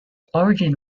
origin